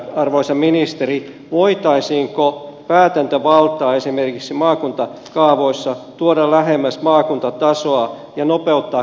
arvoisa ministeri voitaisiinko päätäntävaltaa esimerkiksi maakuntakaavoissa tuoda lähemmäs maakuntatasoa ja nopeuttaa kaavakäsittelyjä